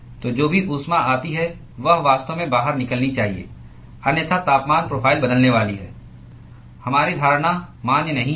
तो जो भी ऊष्मा आती है वह वास्तव में बाहर निकलनी चाहिए अन्यथा तापमान प्रोफ़ाइल बदलने वाली है हमारी धारणा मान्य नहीं है